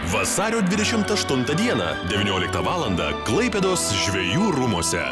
vasario dvidešimt aštuntą dieną devynioliktą valandą klaipėdos žvejų rūmuose